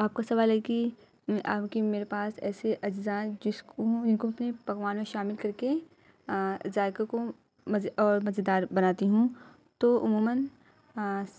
آپ کا سوال ہے کہ آپ کے میرے پاس ایسے اجزاء جس کو جن کو اپنے پکوان میں شامل کر کے ذائقوں کو اور مزیدار بناتی ہوں تو عموماً